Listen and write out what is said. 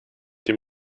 dem